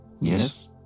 Yes